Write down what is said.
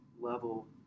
level